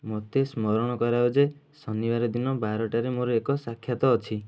ମୋତେ ସ୍ମରଣ କରାଅ ଯେ ଶନିବାର ଦିନ ବାରଟାରେ ମୋର ଏକ ସାକ୍ଷାତ ଅଛି